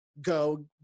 Go